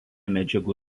medžiagų